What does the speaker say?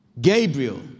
Gabriel